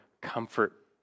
comfort